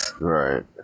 Right